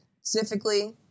Specifically